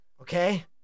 okay